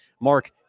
Mark